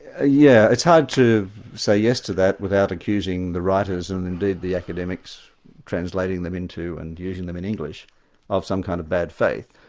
ah yeah it's hard to say yes to that, without accusing the writers and indeed the academics translating them into and using them in english of some kind of bad faith.